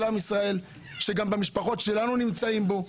עם ישראל שגם משפחות שלנו נמצאות בו.